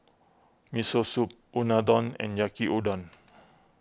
Miso Soup Unadon and Yaki Udon